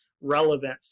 relevant